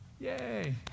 Yay